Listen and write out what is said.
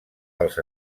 dels